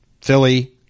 Philly